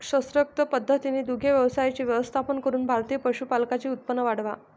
शास्त्रोक्त पद्धतीने दुग्ध व्यवसायाचे व्यवस्थापन करून भारतीय पशुपालकांचे उत्पन्न वाढवा